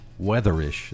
weatherish